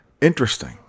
Interesting